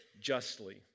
justly